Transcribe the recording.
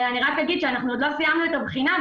אנחנו עוד לא סיימנו את הבחינה,